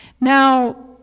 Now